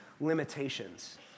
limitations